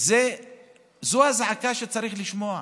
זאת הזעקה שצריך לשמוע.